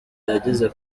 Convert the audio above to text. yageze